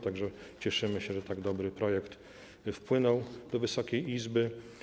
Tak więc cieszymy się, że tak dobry projekt wpłynął do Wysokiej Izby.